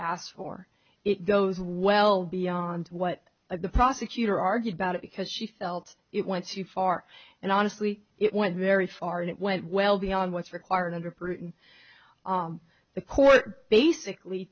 asked for it goes well beyond what a the prosecutor argued about it because she felt it went too far and honestly it went very far and it went well beyond what's required under britain the court basically